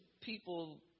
people